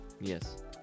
Yes